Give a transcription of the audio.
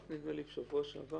רק בשבוע שעבר